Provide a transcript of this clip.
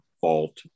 vault